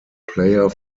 player